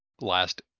last